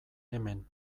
hemen